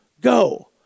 go